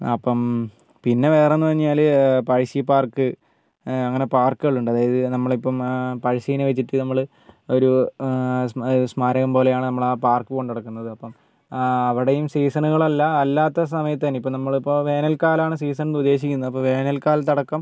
അപ്പം പിന്നെ വേറെ എന്ന് പറഞ്ഞാൽ പഴശ്ശി പാർക്ക് അങ്ങനെ പാർക്കുകളുണ്ട് അതായത് നമ്മളിപ്പം പഴശ്ശിനെ വെച്ചിട്ട് നമ്മൾ ഒരു സ്മാരകം സ്മാരകം പോലെയാണ് നമ്മൾ ആ പാർക്ക് കൊണ്ട് നടക്കുന്നത് അപ്പം അവിടെയും സീസണുകൾ അല്ല അല്ലാത്ത സമയത്ത് തന്നെ ഇപ്പം നമ്മളിപ്പോൾ വേനൽ കാലമാണ് സീസൺന്ന് ഉദ്ദേശിക്കുന്നത് അപ്പോൾ വേനൽ കാലത്തടക്കം